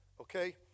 okay